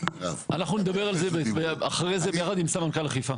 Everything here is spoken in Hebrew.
אנחנו נדבר על זה אחר כך ביחד עם סמנכ"ל חיפה.